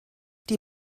die